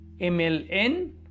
mln